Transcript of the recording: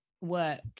work